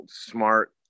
smart